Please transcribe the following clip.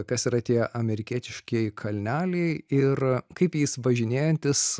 kas yra tie amerikietiškieji kalneliai ir kaip jais važinėjantis